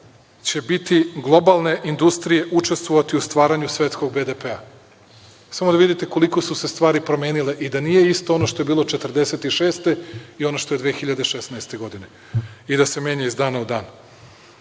će biti globalne industrije, učestvovati u stvaranju svetskog BDP. Samo da vidite koliko su se stvari promenile i da nije isto ono što je bilo 1946. i ono što je 2016. godine, i da se menja iz dana u dan.